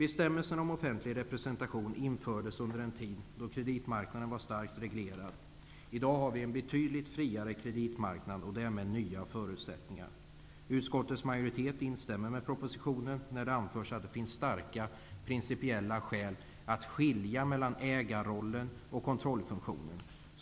Bestämmelserna om offentlig representation infördes under den tid då kreditmarknaden var starkt reglerad. I dag har vi en betydligt friare kreditmarknad och därmed nya förutsättningar. Utskottets majoritet instämmer med propositionen, där det anförs att det finns starka principiella skäl att skilja mellan ägarrollen och kontrollfunktionen.